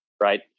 right